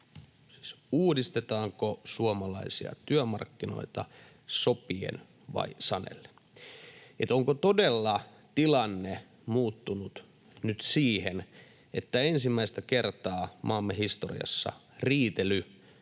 uudistetaanko suomalaisia työmarkkinoita sopien vai sanellen. Eli onko todella tilanne muuttunut nyt siten, että ensimmäistä kertaa maamme historiassa riitely